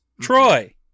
Troy